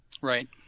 Right